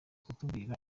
kutubwira